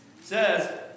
says